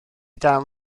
dal